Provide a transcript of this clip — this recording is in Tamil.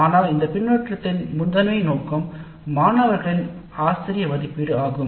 ஆனால் இந்த பின்னூட்டத்தின் முதன்மை நோக்கம் மாணவர்களின் ஆசிரிய மதிப்பீடு ஆகும்